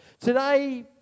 Today